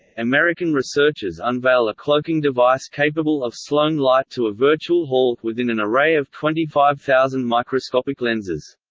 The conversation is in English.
american researchers unveil a cloaking device capable of slowing light to a virtual halt within an array of twenty five thousand microscopic lenses.